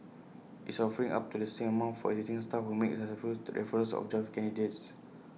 it's offering up to the same amount for existing staff who make successful referrals of job candidates